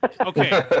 Okay